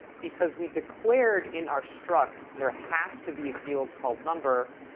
because we declared in our struct there has to be a field called number.